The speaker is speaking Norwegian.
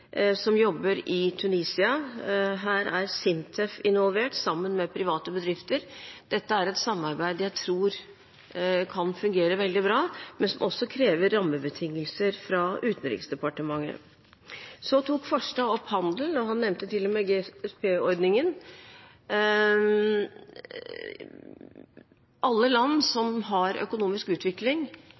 som jobber i Tunisia. Her er SINTEF involvert, sammen med private bedrifter. Dette er et samarbeid jeg tror kan fungere veldig bra, men som også krever rammebetingelser fra Utenriksdepartementet. Farstad tok opp handel, og han nevnte til og med GSP-ordningen. Alle land som har økonomisk utvikling,